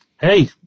Hey